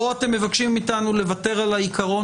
פה אתם מבקשים מאתנו לוותר על העיקרון